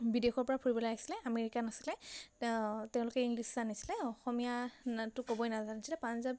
বিদেশৰ পৰা ফুৰিবলৈ আহিছিলে আমেৰিকান আছিলে তেওঁলোকে ইংলিছ জানিছিলে অসমীয়াটো ক'বই নাজানিছিলে পাঞ্জাৱ